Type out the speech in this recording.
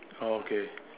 oh okay